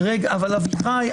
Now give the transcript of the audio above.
אביחי,